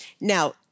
Now